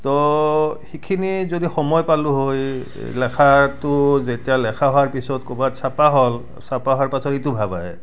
তো সেইখিনি যদি সময় পালোঁ হয় লেখাটো যেতিয়া লেখা হোৱাৰ পিছত ক'ৰবাত ছপা হয় ছপা হোৱাৰ পাছত সেইটো ভাৱ হয়